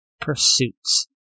pursuits